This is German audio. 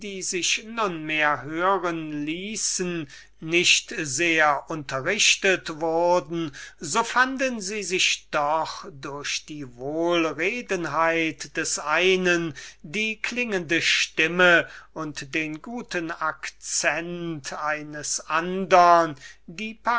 ließen nicht sehr unterrichtet wurden so fanden sie sich doch durch die wohlredenheit des einen die klingende stimme und den guten akzent eines andern